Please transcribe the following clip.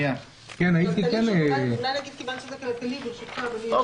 אולי מכיוון שזה כללי, ברשותך, אדוני, אני אקרא.